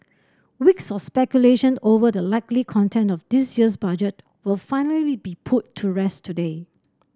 weeks of speculation over the likely content of this year's Budget will finally be put to rest today